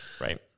Right